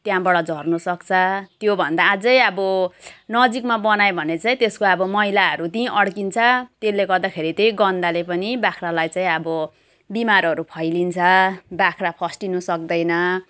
त्यहाँबाट झर्नुसक्छ त्योभन्दा अझै अब नजिकमा बनायो भने चाहिँ त्यसको अब मैलाहरू त्यहीँ अड्किन्छ त्यसले गर्दाखेरि त्यही गन्धले पनि बाख्रालाई चाहिँ अब बिमारहरू फैलिन्छ बाख्रा फस्टिनु सक्दैन